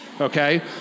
okay